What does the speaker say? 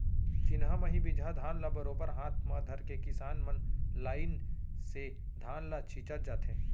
चिन्हा म ही बीजहा धान ल बरोबर हाथ म धरके किसान मन लाइन से धान ल छींचत जाथें